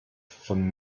von